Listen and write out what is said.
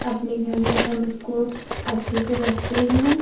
अपने घर में हम उसको अच्छे से रखते हैं